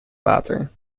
water